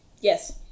Yes